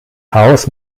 haus